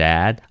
Dad